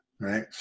right